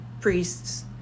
priests